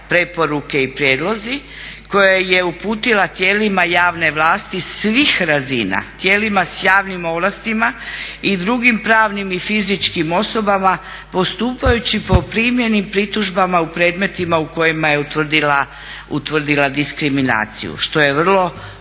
preporuke i prijedlozi koje je uputila tijelima javne vlasti svih razina, tijelima sa javnim ovlastima i drugim pravnim i fizičkim osobama postupajući po primljenim pritužbama u predmetima u kojima je utvrdila diskriminaciju što je vrlo